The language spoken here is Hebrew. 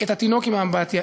את התינוק עם מי האמבטיה,